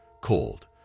cold